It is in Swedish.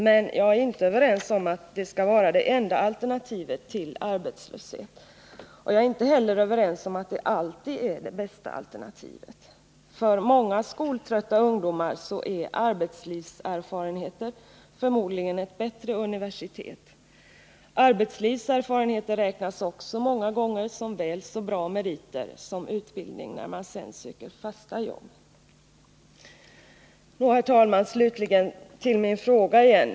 Men jag är inte överens med arbetsmarknadsministern om att det skall vara det enda alternativet till arbetslöshet eller att det alltid är det bästa alternativet. För många skoltrötta ungdomar är arbetslivserfarenheter förmodligen ett bättre universitet. Arbetslivserfarenheter räknas också många gånger som väl så bra meriter som utbildning, när man sedan söker fasta jobb. Herr talman! Slutligen till min fråga igen.